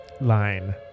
line